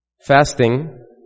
Fasting